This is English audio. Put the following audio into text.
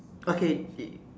okay it